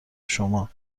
شما